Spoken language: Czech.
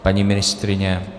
Paní ministryně?